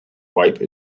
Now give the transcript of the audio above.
wipe